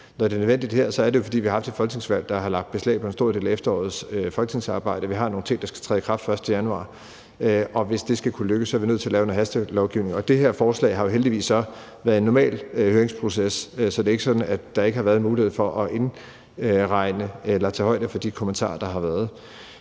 når det er nødvendigt her, er det jo, fordi vi har haft et folketingsvalg, der har lagt beslag på en stor del af efterårets folketingsarbejde. Vi har nogle ting, der skal træde i kraft den 1. januar 2023, og hvis det skal kunne lykkes, er vi nødt til at lave noget hastelovgivning. Det her forslag har jo heldigvis været igennem en normal høringsproces, så det er ikke sådan, at der ikke har været mulighed for at indregne eller tage højde for de kommentarer, der har været.